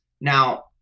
Now